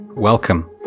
Welcome